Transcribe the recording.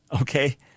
okay